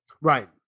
Right